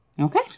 Okay